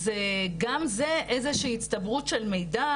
אז גם זה זו איזו שהיא הצטברות של מידע